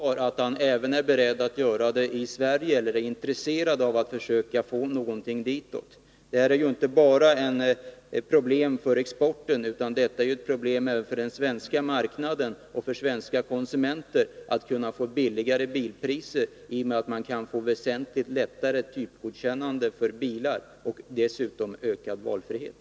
Fru talman! Skall jag tolka kommunikationsministerns svar så att han är beredd att göra det även i Sverige, eller i varje fall intresserad av någonting ditåt? Detta är ju inte ett problem bara för exporten. Det gäller även den svenska marknaden, där den svenska konsumenten kan få billigare bilpriser i och med att man kan få väsentligt underlättat typgodkännande för bilar och dessutom ökad valfrihet.